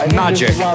magic